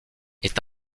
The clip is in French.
est